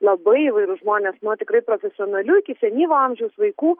labai įvairūs žmonės nuo tikrai profesionalių iki senyvo amžiaus vaikų